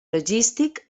logístic